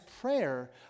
prayer